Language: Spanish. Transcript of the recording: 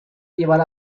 llevar